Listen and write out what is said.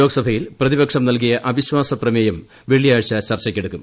ലോക്സഭയിൽ പ്രതിപക്ഷം നല്കിയ അവിശ്വാസ പ്രമേയം വെള്ളിയാഴ്ച ചർച്ചയ്ക്കെടുക്കും